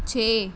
ਛੇ